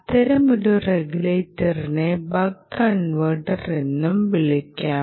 അത്തരമൊരു റെഗുലേറ്ററിനെ buck converter എന്നും വിളിക്കാം